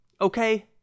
Okay